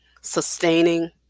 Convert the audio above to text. sustaining